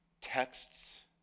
texts